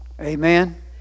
Amen